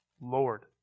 Lord